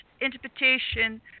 interpretation